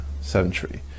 century